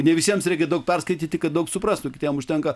ne visiems reikia daug perskaityti kad daug suprastų kitiems užtenka